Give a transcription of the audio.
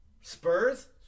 Spurs